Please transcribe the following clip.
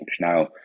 now